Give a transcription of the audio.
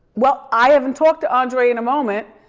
well, i haven't talked to andre in a moment.